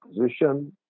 position